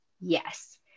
Yes